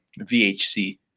VHC